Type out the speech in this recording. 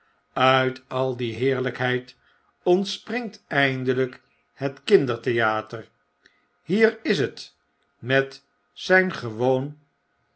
uit al die heerlijkheid ontspringt eindelyk het kinder theater hier is het met zyn gewoon